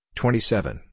twenty-seven